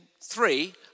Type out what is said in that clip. three